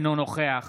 אינו נוכח